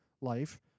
life